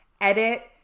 edit